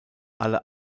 alle